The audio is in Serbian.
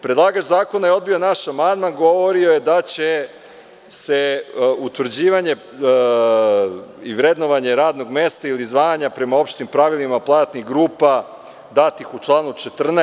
Predlagač zakona je odbio naš amandman, govorio je da će se utvrđivanje i vrednovanje radnog mesta ili zvanja prema opštim pravilima o platnim grupama dati u članu 14.